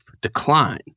decline